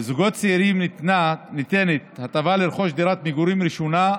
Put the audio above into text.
לזוגות צעירים ניתנת הטבה לרכוש דירת מגורים ראשונה.